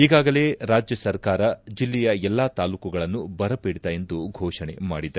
ಈಗಾಗಲೇ ರಾಜ್ಬ ಸರ್ಕಾರ ಜಿಲ್ಲೆಯ ಎಲ್ಲಾ ತಾಲ್ಲೂಕುಗಳನ್ನು ಬರಪೀಡಿತ ಎಂದು ಘೋಷಣೆ ಮಾಡಿದೆ